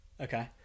Okay